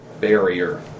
barrier